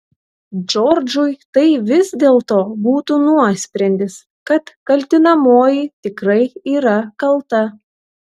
džordžui tai vis dėlto būtų nuosprendis kad kaltinamoji tikrai yra kalta